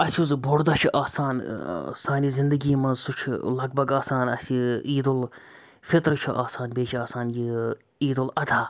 اَسہِ یُس بوٚڈ دۄہ چھِ آسان سانہِ زِندگی منٛز سُہ چھُ لگ بگ آسان اَسہِ عید الفطرٕ چھُ آسان بیٚیہِ چھِ آسان یہِ عید الاضحیٰ